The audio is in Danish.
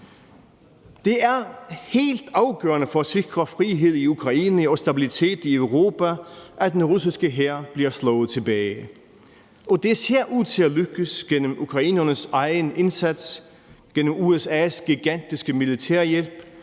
Det er helt afgørende for at sikre frihed i Ukraine og stabilitet i Europa, at den russiske hær bliver slået tilbage, og det ser ud til at lykkes gennem ukrainernes egen indsats, gennem USA's gigantiske militærhjælp